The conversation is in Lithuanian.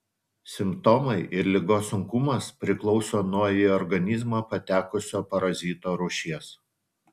simptomai ir ligos sunkumas priklauso nuo į organizmą patekusio parazito rūšies